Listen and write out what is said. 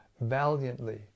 valiantly